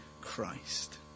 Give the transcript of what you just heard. Christ